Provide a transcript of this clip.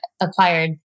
acquired